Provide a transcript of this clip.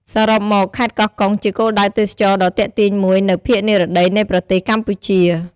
សរុបមក ខេត្តកោះកុង ជាគោលដៅទេសចរណ៍ដ៏ទាក់ទាញមួយនៅភាគនិរតីនៃប្រទេសកម្ពុជា។